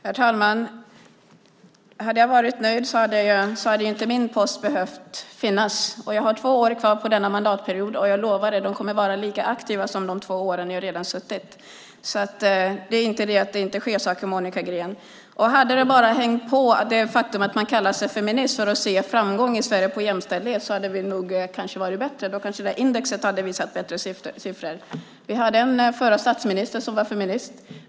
Herr talman! Hade jag varit nöjd hade inte min post behövt finnas. Jag har två år kvar på denna mandatperiod, och jag lovar att de kommer att vara lika aktiva som de två år jag redan har suttit. Det är inte det att det inte sker saker, Monica Green. Hade det bara hängt på det faktum att man kallar sig feminist för att se framgång i Sverige för jämställdhet hade vi nog varit bättre. Då kanske indexet hade visat bättre siffror. Den förra statsministern var feminist.